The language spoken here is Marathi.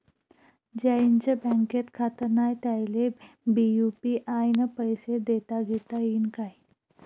ज्याईचं बँकेत खातं नाय त्याईले बी यू.पी.आय न पैसे देताघेता येईन काय?